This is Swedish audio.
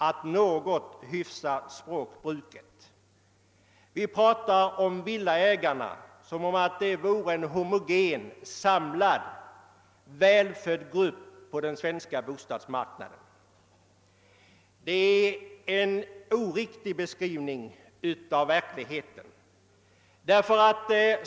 Det talas ofta om villaägarna som om de utgjorde en homogen, samlad, välfödd grupp på bostadsmarknaden. Detta är en oriktig beskrivning av verkligheten.